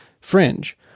Fringe